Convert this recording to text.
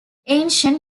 ancient